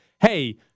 hey